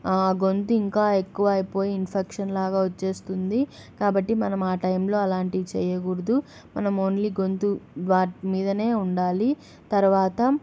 గొంతు ఇంకా ఎక్కువ అయిపోయి ఇన్ఫెక్షన్ లాగా వచ్చేస్తుంది కాబట్టి మనం ఆ టైంలో అలాంటివి చేయకూడదు మనం ఓన్లీ గొంతు వాటి మీదనే ఉండాలి తర్వాత